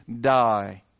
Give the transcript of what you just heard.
die